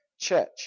church